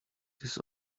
this